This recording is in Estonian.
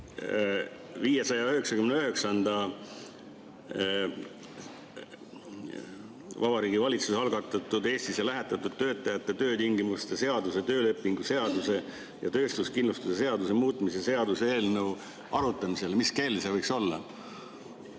599, Vabariigi Valitsuse algatatud Eestisse lähetatud töötajate töötingimuste seaduse, töölepingu seaduse ja töötuskindlustuse seaduse muutmise seaduse eelnõu arutamiseni. Mis kell see võiks olla?